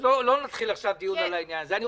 קטי, לא נתחיל עכשיו דיון על העניין הזה.